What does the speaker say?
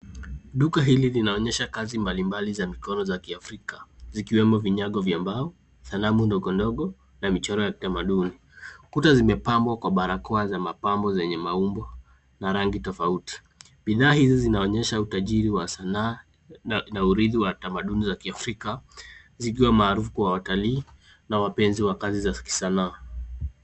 Duka hili linaonyesha kazi mbalimbali za mikono za kiafrika zikiwemo vinyago vya mbao, sanamu ndogo ndogo na michoro ya kitamaduni. Kuta zimepambwa kwa barakoa za mapambo zenye maumbo na rangi tofauti. Bidhaa hizi zinaonyesha utajiri wa sanaa na uridhi wa tamaduni za kiafrika zikiwa maarufu kwa watalii na wapenzi wa kazi za kisanaa.